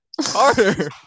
Carter